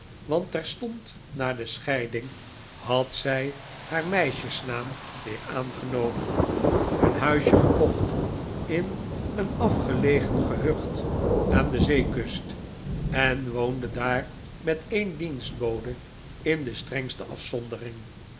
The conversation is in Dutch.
want terstond na de scheiding had mijn tante kijkt door het raam zij haar meisjesnaam weer aangenomen een huisje gekocht in een afgelegen gehucht aan de zeekust en woonde daar met een dienstbode in de strengste afzondering